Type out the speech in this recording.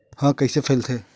ह कइसे फैलथे?